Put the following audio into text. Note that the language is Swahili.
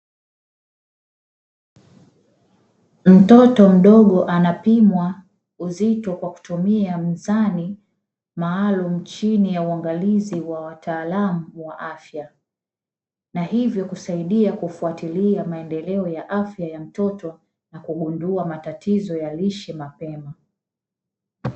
Mtoto mdogo anapimwa uzito kwa kutumia mzani maalumu chini ya uangalizi wa wataalamu wa afya, na hivyo kusaidia kufatilia maendeleo ya afya ya mtoto na kugundua matatizo ya lishe mapema.